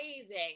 amazing